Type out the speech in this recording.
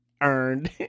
earned